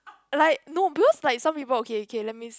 like no because like some people okay okay let me